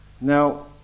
Now